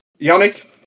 Yannick